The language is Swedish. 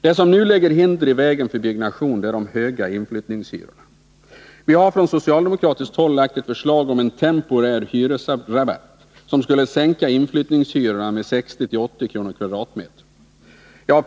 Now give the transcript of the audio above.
Vad som nu lägger hinder i vägen för byggnation är de höga inflyttningshyrorna. Vi har från socialdemokratiskt håll framlagt ett förslag om en temporär hyresrabatt, som skulle sänka inflyttningshyrorna med 60-80 kr. kvadratmetern.